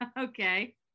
Okay